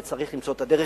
וצריך למצוא את הדרך,